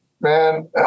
Man